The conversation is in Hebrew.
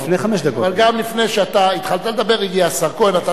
אבל גם לפני שאתה התחלת לדבר הגיע השר כהן.